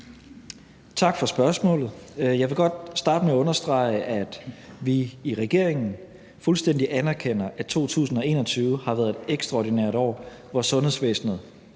Tak for spørgsmålet. Jeg vil godt starte med at understrege, at vi i regeringen fuldstændig anerkender, at 2021 har været et ekstraordinært år, hvor sundhedsvæsenet,